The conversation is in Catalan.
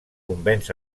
convenç